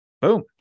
Boom